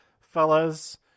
fellas